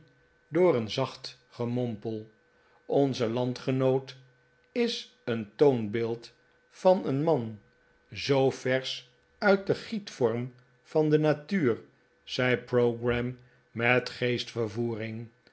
door een zacht gemompel onze landgenoot is een toonbeeld van maarten chuzzlewit een man zoo versch uit den gietvorm van ie natuur zei pogram met geestvervoering